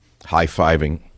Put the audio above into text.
High-fiving